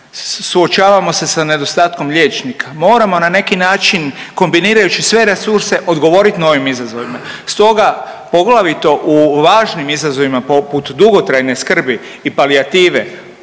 Suočavamo se sa nedostatkom liječnika, moramo na neki način, kombinirajući sve resurse odgovoriti novim izazovima. Stoga, poglavito u važnim izazovima poput dugotrajne skrbi i palijative